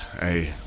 Hey